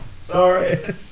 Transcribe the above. Sorry